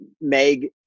Meg